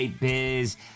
Biz